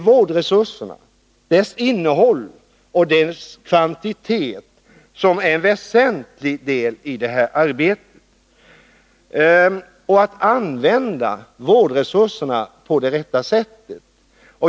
Vårdresursernas innehåll och kvantitet är en väsentlig del i arbetet. Det gäller också att använda vårdresurserna på det rätta sättet.